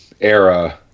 era